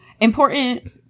Important